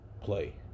play